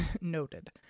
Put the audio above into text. noted